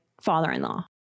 father-in-law